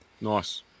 Nice